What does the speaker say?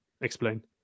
Explain